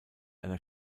einer